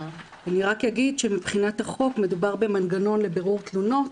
אני רק אגיד שמבחינת החוק מדובר במנגנון לבירור תלונות,